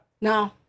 No